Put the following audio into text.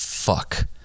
fuck